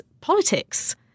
politics